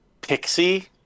pixie